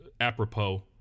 apropos